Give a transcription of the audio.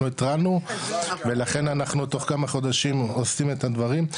התראנו ולכן אנחנו תוך כמה חודשים עושים את הדברים,